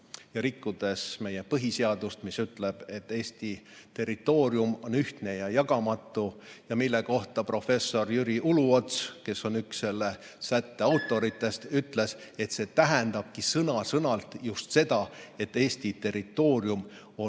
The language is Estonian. rikkudes meie põhiseadust, mis ütleb, et Eesti territoorium on ühtne ja jagamatu, ja mille kohta professor Jüri Uluots, kes on üks selle sätte autoritest, ütles, et see tähendabki sõna-sõnalt just seda, et Eesti territoorium on